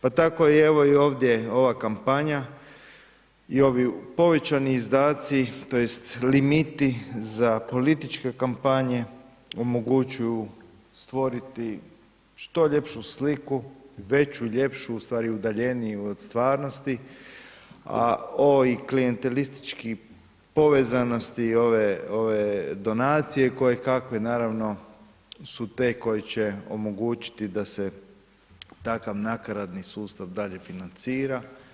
Pa tako i evo i ovdje ova kampanja i ovi povećani izdaci tj. limiti za političke kampanje omogućuju stvoriti što ljepšu sliku, veću, ljepšu u stvari udaljeniju od stvarnosti od stvarnosti, a ove klijentelistički povezanosti i ove donacije kojekakve naravno su te koje će omogućiti da se takav nakaradni sustav i dalje financira.